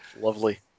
Lovely